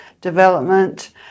development